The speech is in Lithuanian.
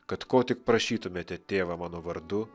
kad ko tik prašytumėte tėvą mano vardu